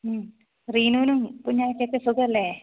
ഉം റീനൂനും കുഞ്ഞാവക്കും ഒക്കെ സുഖം അല്ലേ